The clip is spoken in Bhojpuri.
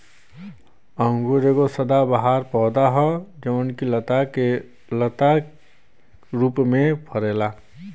अंगूर एगो सदाबहार पौधा ह जवन की लता रूप में फरेला